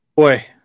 Boy